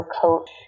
coach